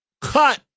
cut